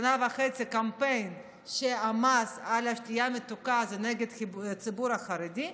שנה וחצי קמפיין שהמס על השתייה המתוקה זה נגד הציבור החרדי,